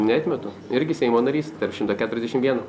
neatmetu irgi seimo narys tarp šimto keturiasdešim vieno